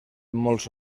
molts